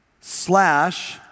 slash